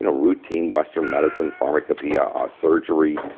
you know routine western medicine, pharmacopeia, ah surgery?